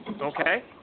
Okay